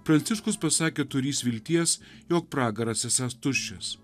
pranciškus pasakė turįs vilties jog pragaras esąs tuščias